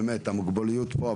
באמת המוגבלויות פה.